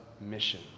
mission